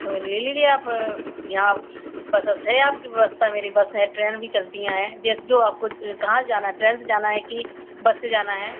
तो ले लीजिए आप यहाँ बसेस हैं आपके पास टवेरी बस है ट्रेन भी चलती याँ हैं जैसे जो आपको कहाँ जाना है ट्रेन से जाना है कि बस से जाना है